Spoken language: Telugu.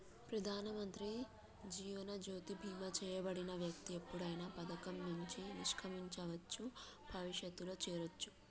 ప్రధానమంత్రి జీవన్ జ్యోతి బీమా చేయబడిన వ్యక్తి ఎప్పుడైనా పథకం నుండి నిష్క్రమించవచ్చు, భవిష్యత్తులో చేరొచ్చు